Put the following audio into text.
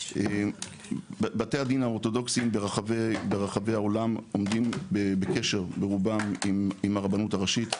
בתי הדין האורתודוקסים ברחבי העולם עומדים בקשר ברובם עם הרבנות הראשית.